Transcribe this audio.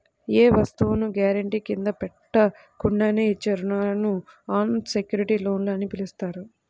ఏ వస్తువును గ్యారెంటీ కింద పెట్టకుండానే ఇచ్చే రుణాలను అన్ సెక్యుర్డ్ లోన్లు అని పిలుస్తారు